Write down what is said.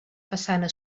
façana